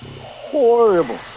Horrible